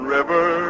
River